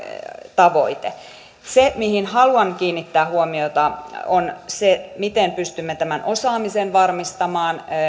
tavoite se mihin haluan kiinnittää huomiota on se miten pystymme tämän osaamisen varmistamaan